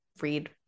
read